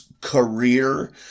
career